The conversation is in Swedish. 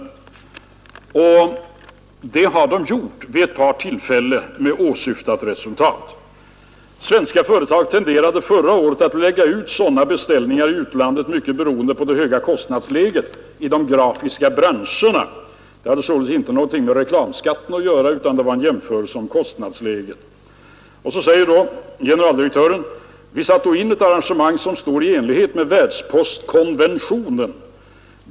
Detta har postverket också gjort vid ett par tillfällen med åsyftat resultat. Svenska företag tenderade förra året att lägga ut sådana beställningar i utlandet, mycket beroende på det höga kostnadsläget i de grafiska branscherna — det hade således ingenting med reklamskatten att göra utan det var en jämförelse av kostnaderna som låg till grund för detta. Härom säger generaldirektören: ”Vi satte då in ett arrangemang som står i enlighet med världspostkonventionen.